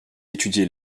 étudier